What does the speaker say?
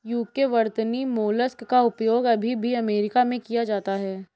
UK वर्तनी mollusc का उपयोग अभी भी अमेरिका में किया जाता है